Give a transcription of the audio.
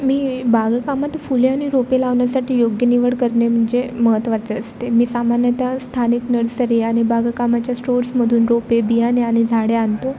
मी बागकामात फुले आणि रोपे लावण्यासाठी योग्य निवड करणे म्हणजे महत्त्वाचे असते मी सामान्यतः स्थानिक नर्सरी आणि बागकामाच्या स्टोर्समधून रोपे बियाणे आणि झाडे आणतो